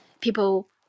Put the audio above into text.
people